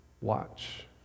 Watch